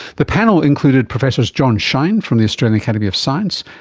the panel included professors john shine from the australian academy of science,